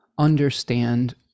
Understand